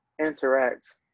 interact